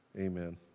amen